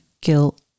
guilt